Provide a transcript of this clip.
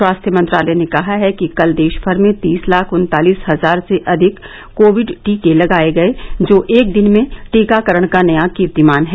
स्वास्थ्य मंत्रालय ने कहा है कि कल देशभर में तीस लाख उन्तालीस हजार से अधिक कोविड टीके लगाए गए जो एक दिन में टीकाकरण का नया कीर्तिमान है